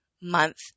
month